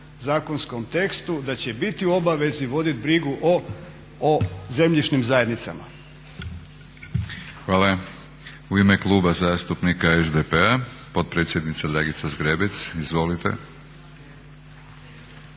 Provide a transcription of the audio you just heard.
zakonskom tekstu da će biti u obavezi voditi brigu o zemljišnim zajednicama. **Batinić, Milorad (HNS)** U ime Kluba zastupnika SDP-a potpredsjednica Dragica Zgrebec, izvolite.